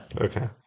Okay